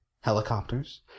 helicopters